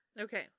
Okay